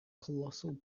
colossal